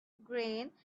green